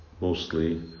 Mostly